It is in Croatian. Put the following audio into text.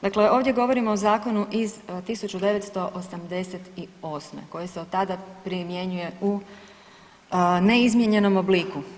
Dakle, ovdje govorimo o zakonu iz 1988. koji se od tada primjenjuje u neizmijenjenom obliku.